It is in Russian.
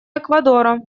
эквадора